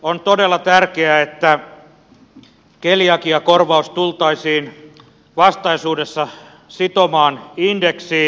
on todella tärkeää että keliakiakorvaus tultaisiin vastaisuudessa sitomaan indeksiin